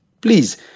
Please